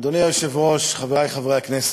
אדוני היושב-ראש, חברי חברי הכנסת,